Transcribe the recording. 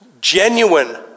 Genuine